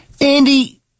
Andy